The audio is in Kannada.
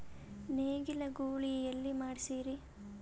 ನೇಗಿಲ ಗೂಳಿ ಎಲ್ಲಿ ಮಾಡಸೀರಿ?